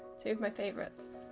two of my favourites.